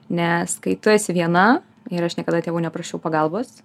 nes kai tu esi viena ir aš niekada tėvų neprašiau pagalbos